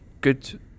good